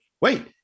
wait